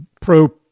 pro